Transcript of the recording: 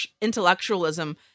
intellectualism